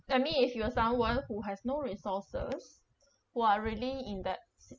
I mean if you are someone who has no resources who are really in that